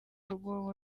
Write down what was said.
rwobo